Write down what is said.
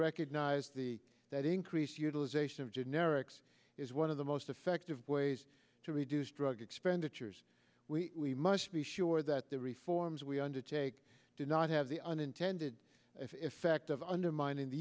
recognize the that increased utilization of generics is one of the most effective ways to reduce drug expenditures we must be sure that the reforms we undertake do not have the unintended effect of undermining the